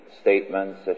statements